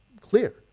clear